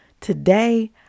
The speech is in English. Today